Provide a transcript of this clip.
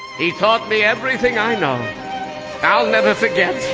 he taught me everything i know i'll never forget.